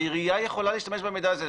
העירייה יכולה להשתמש במידע הזה,